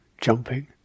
jumping